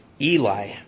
Eli